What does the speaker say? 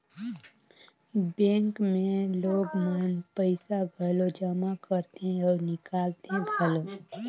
bank मे लोग मन पइसा घलो जमा करथे अउ निकालथें घलो